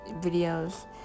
videos